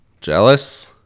Jealous